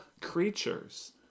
creatures